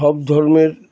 সব ধর্মের